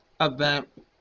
event